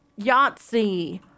Yahtzee